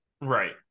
Right